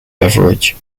beverage